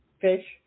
fish